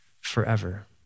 forever